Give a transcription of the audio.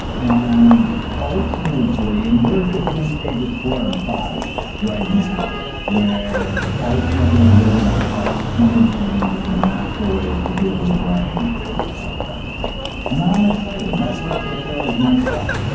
and ultimately, and we're between stages four and five right now where ultimately they're going to accept imaging and natural ways to heal the brain is self-evident and i'm excited. that's why i take care of myself.